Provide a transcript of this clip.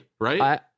right